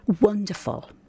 Wonderful